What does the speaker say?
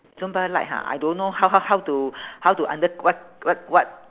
zumba light ha I don't know how how how to how to under what what what